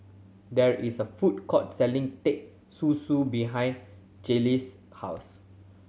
there is a food court selling Teh Susu behind Jalen's house